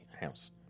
house